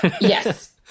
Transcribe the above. Yes